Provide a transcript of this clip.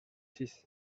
six